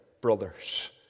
brothers